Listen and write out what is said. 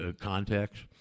context